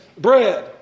bread